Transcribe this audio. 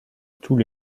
tous